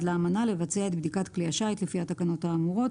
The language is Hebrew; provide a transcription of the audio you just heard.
לאמנה לבצע את בדיקת כלי השיט לפי התקנות האמורות,